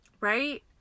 Right